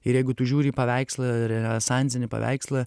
ir jeigu tu žiūri į paveikslą renesansinį paveikslą